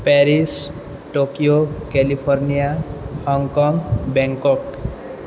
Paris Tokyo California Hong Kong Bangkok